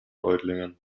reutlingen